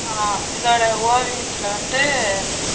இதோட ஓவியத்தில் வந்து